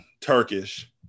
Turkish